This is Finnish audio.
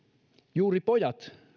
juuri pojat